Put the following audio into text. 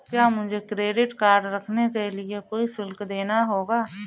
क्या मुझे credit card रखने के लिए कोई शुल्क देना होगा?